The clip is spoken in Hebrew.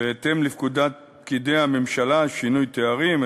בהתאם לפקודת פקידי הממשלה (שינוי תארים),